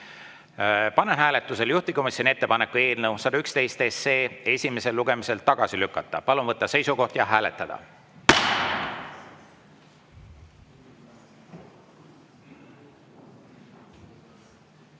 Panen hääletusele juhtivkomisjoni ettepaneku eelnõu 111 esimesel lugemisel tagasi lükata. Palun võtta seisukoht ja hääletada!